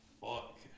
Fuck